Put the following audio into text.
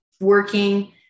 working